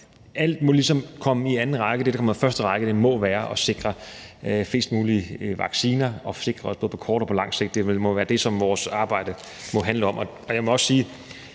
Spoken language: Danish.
ligesom komme i anden række; det, der kommer i første række, må være at sikre flest mulige vacciner og sikre det både på kort og på lang sigt. Det må vel være det, som vores arbejde handler om. Og jeg må også sige